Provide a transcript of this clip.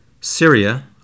Syria